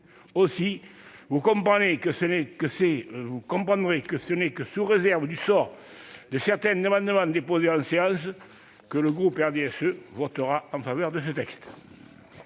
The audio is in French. Aussi, vous comprendrez que ce n'est que sous réserve du sort qui sera réservé à certains amendements déposés en séance que le groupe RDSE votera en faveur de ce texte.